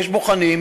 יש בוחנים,